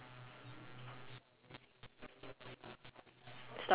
eh ya ya okay okay got stories creative and thought provoking